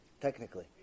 Technically